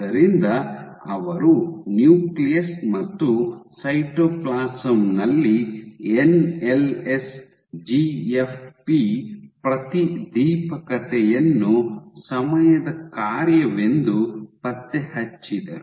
ಆದ್ದರಿಂದ ಅವರು ನ್ಯೂಕ್ಲಿಯಸ್ ಮತ್ತು ಸೈಟೋಪ್ಲಾಸಂ ನಲ್ಲಿ ಎನ್ಎಲ್ಎಸ್ ಜಿಎಫ್ಪಿ ಪ್ರತಿದೀಪಕತೆಯನ್ನು ಸಮಯದ ಕಾರ್ಯವೆಂದು ಪತ್ತೆಹಚ್ಚಿದರು